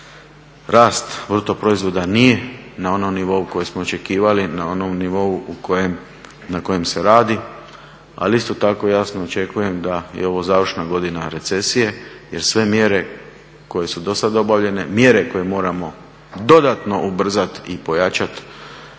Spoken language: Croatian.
rast BDP-a nije na onom nivou koji smo očekivali, na onom nivou na kojem se radi, ali isto tako jasno očekujem da je ovo završna godina recesije jer sve mjere koje su do sada obavljene, mjere koje moramo dodatno ubrzati i pojačati,